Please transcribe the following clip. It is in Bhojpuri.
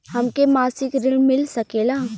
हमके मासिक ऋण मिल सकेला?